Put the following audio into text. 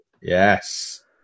Yes